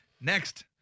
Next